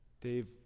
Dave